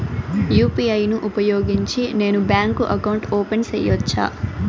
UPI ను ఉపయోగించి నేను బ్యాంకు అకౌంట్ ఓపెన్ సేయొచ్చా?